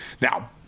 Now